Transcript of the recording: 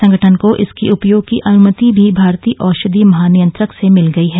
संगठन को इसके उपयोग की अनुमति भी भारतीय औषधि महानियंत्रक से मिल गई है